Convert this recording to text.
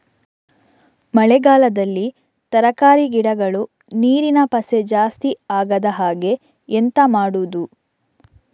ಮಳೆಗಾಲದಲ್ಲಿ ತರಕಾರಿ ಗಿಡಗಳು ನೀರಿನ ಪಸೆ ಜಾಸ್ತಿ ಆಗದಹಾಗೆ ಎಂತ ಮಾಡುದು?